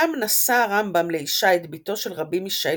שם נשא הרמב"ם לאישה את בתו של ר' מישאל